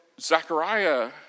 Zechariah